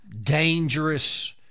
Dangerous